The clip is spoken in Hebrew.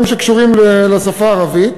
שקשורים לשפה הערבית,